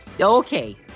Okay